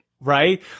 right